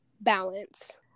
balance